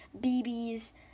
BB's